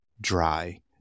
dry